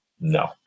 no